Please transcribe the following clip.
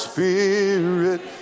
Spirit